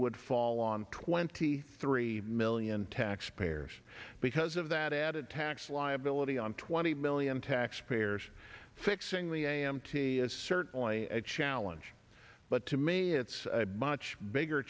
would fall on twenty three million taxpayers because of that added tax live well the on twenty million taxpayers fixing the a m t is certainly a challenge but to me it's a much bigger